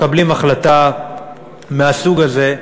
היא מקבלת החלטה מהסוג הזה,